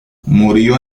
murió